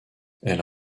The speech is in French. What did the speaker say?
elle